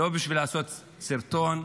לא בשביל לעשות סרטון,